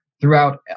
throughout